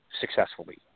successfully